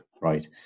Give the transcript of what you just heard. right